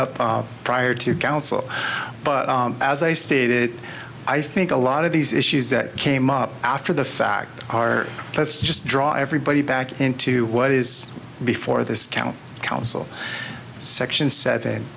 up prior to counsel but as i stated i think a lot of these issues that came up after the fact are let's just draw everybody back into what is before this county council section seven